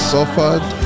suffered